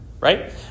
Right